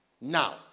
now